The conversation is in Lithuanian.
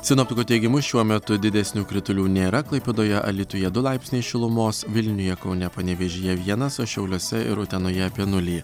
sinoptikų teigimu šiuo metu didesnių kritulių nėra klaipėdoje alytuje du laipsniai šilumos vilniuje kaune panevėžyje vienas o šiauliuose ir utenoje apie nulį